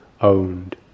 owned